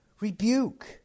rebuke